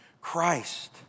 Christ